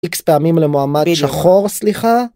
אקס פעמים למועמד שחור סליחה